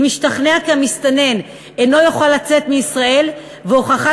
אם השתכנע כי המסתנן אינו יכול לצאת מישראל והוכחה